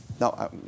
No